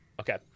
Okay